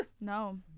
No